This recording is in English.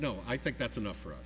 no i think that's enough for